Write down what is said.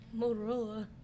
Motorola